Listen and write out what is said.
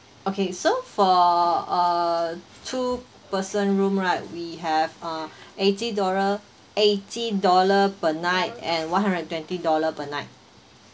okay so for uh two person room right we have uh eighty dollars eighty dollar per night and one hundred and twenty dollars per night